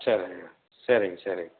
சரிங்க சரிங்க சரிங்க